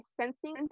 sensing